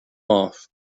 off